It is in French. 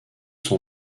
son